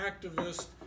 activist